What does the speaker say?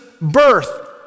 birth